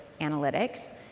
analytics